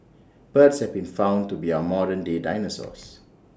birds have been found to be our modern day dinosaurs